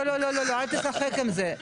לא, לא, אל תשחק עם זה.